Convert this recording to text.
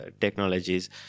technologies